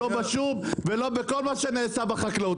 לא בשוק, ולא בכל מה שנעשה בחקלאות.